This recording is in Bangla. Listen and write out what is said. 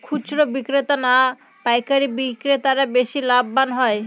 খুচরো বিক্রেতা না পাইকারী বিক্রেতারা বেশি লাভবান হয়?